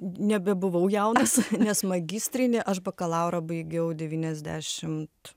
nebebuvau jaunas nes magistrinį aš bakalaurą baigiau devyniasdešimt